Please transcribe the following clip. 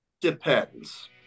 depends